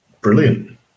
Brilliant